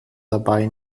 dabei